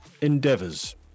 endeavors